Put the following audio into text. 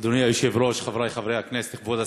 אדוני היושב-ראש, חברי חברי הכנסת, כבוד השר,